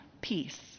peace